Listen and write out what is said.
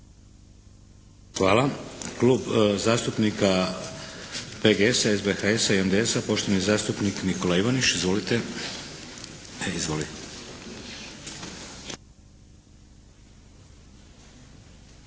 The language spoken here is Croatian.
Hvala. Klub zastupnika PGS-a, SBHS-a i MDS-a poštovani zastupnik Nikola Ivaniš. Izvolite.